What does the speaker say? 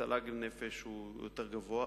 התל"ג לנפש הוא יותר גבוה.